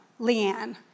Leanne